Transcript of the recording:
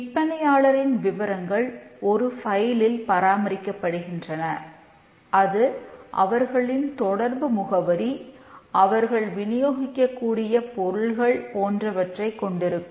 விற்பனையாளரின் விவரங்கள் ஒரு ஃபைலில் பராமரிக்கப்படுகின்றன அது அவர்களின் தொடர்பு முகவரி அவர்கள் வினியோகிக்கக் கூடிய பொருள்கள் போன்றவற்றைக் கொண்டிருக்கும்